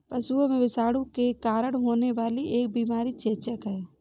पशुओं में विषाणु के कारण होने वाली एक बीमारी चेचक है